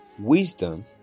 Wisdom